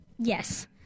Yes